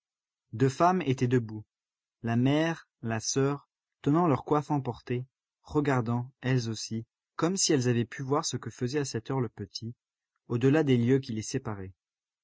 deux femmes étaient debout la mère la soeur tenant leurs coiffes emportées regardant elles aussi comme si elles avaient pu voir ce que faisait à cette heure le petit au-delà des lieues qui les